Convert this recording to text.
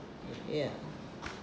ya